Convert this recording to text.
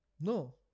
No